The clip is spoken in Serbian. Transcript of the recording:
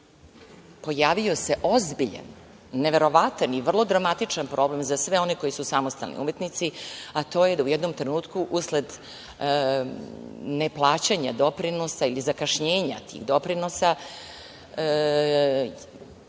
pojavio se ozbiljan, neverovatan i vrlo dramatičan problem za sve one koji su samostalni umetnici, a to je da u jednom trenutku, usled neplaćanja doprinosa ili zakašnjenja tih doprinosa,